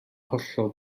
hollol